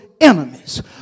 enemies